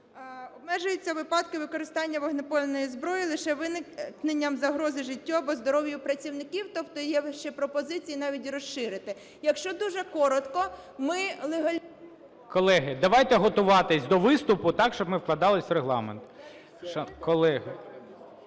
Колеги, давайте готуватись до виступу так, щоб ми вкладались в регламент.